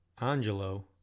Angelo